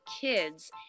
kids